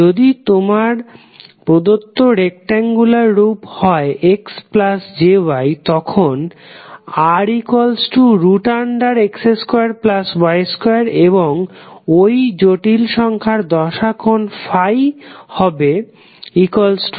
যদি তোমার প্রদত্ত রেকট্যাংগুলার রূপ হয় xjy তখন rx2y2 এবং ঐ জটিল সংখ্যার দশা কোণ হবে ∅yx